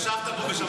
ישבת פה ושמעת